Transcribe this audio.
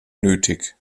nötig